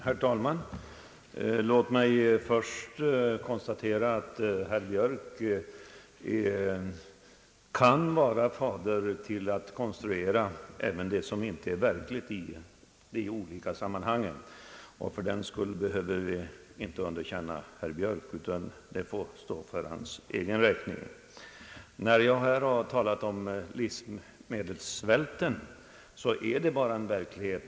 Herr talman! Låt mig först konstatera att herr Björk kan vara fader också till konstruerande av sådant som inte är verkligt i olika sammanhang. Fördenskull behöver vi inte underkänna herr Björk. Hans uttalanden får stå för hans egen räkning. När jag här har talat om svälten är det faktiskt fråga om verklighet.